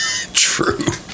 True